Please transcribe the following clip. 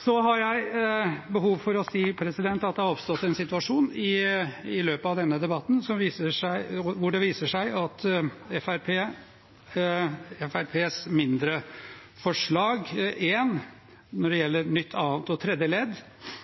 Så har jeg behov for å si at det har oppstått en situasjon i løpet av denne debatten når det gjelder Fremskrittspartiets mindretallsforslag nr. 1 om nytt annet og tredje ledd. Der var Høyre, Kristelig Folkeparti og